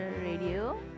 radio